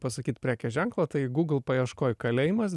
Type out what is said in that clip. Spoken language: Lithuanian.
pasakyt prekės ženklo tai google paieškoj kalėjimas